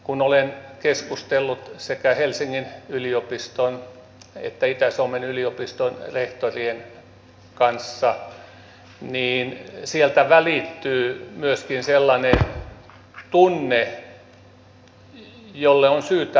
kun olen keskustellut sekä helsingin yliopiston että itä suomen yliopiston rehtorien kanssa niin sieltä välittyy myöskin sellainen tunne jolle on syytä antaa arvoa